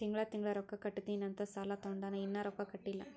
ತಿಂಗಳಾ ತಿಂಗಳಾ ರೊಕ್ಕಾ ಕಟ್ಟತ್ತಿನಿ ಅಂತ್ ಸಾಲಾ ತೊಂಡಾನ, ಇನ್ನಾ ರೊಕ್ಕಾ ಕಟ್ಟಿಲ್ಲಾ